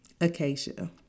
Acacia